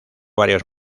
varios